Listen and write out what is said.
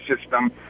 system